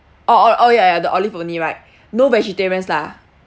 orh orh orh ya ya the olive only right no vegetarians lah